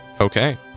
Okay